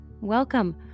Welcome